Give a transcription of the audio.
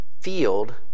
field